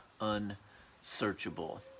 unsearchable